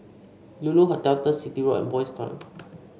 Lulu Hotel Turf City Road and Boys' Town